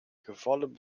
gevallen